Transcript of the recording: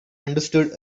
understood